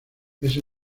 ese